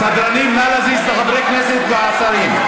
סדרנים, נא להזיז את חברי הכנסת והשרים.